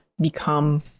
become